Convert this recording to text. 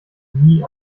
nie